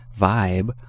vibe